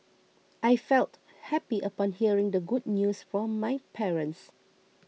I felt happy upon hearing the good news from my parents